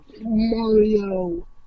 Mario